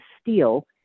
steal